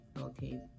okay